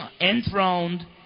enthroned